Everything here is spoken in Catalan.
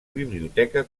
biblioteca